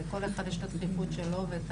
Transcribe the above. לכל אחת יש את הדחיפות שלו.